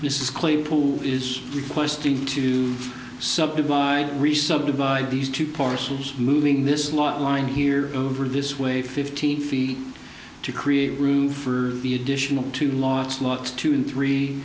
this is claypool is requesting to subdivide re subdivided these two parcels moving this lot line here over this way fifteen feet to create a roof for the additional to last lot two and three